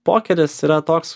pokeris yra toks